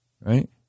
Right